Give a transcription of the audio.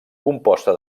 composta